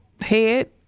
head